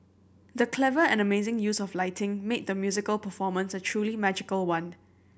the clever and amazing use of lighting made the musical performance a truly magical one